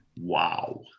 wow